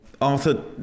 Arthur